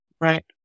right